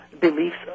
beliefs